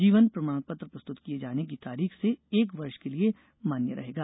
जीवन प्रमाण पत्र प्रस्तुत किये जाने की तारीख से एक वर्ष के लिए मान्य रहेगा